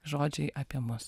žodžiai apie mus